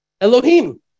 Elohim